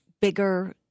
bigger